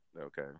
Okay